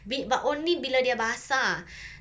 bi~ but only bila dia basah